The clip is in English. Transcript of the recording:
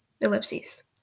ellipses